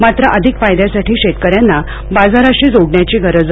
मात्र अधिक फायद्यासाठी शेतकऱ्यांना बाजाराशी जोडण्याची गरज असून